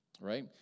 Right